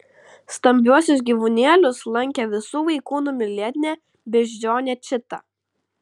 stambiuosius gyvūnėlius lankė visų vaikų numylėtinė beždžionė čita